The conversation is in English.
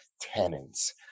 tenants